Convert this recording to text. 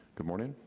good morning,